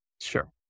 Sure